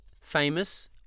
famous